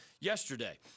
yesterday